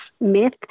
myth